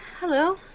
Hello